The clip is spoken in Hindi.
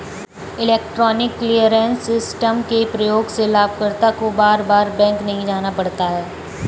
इलेक्ट्रॉनिक क्लीयरेंस सिस्टम के प्रयोग से लाभकर्ता को बार बार बैंक नहीं जाना पड़ता है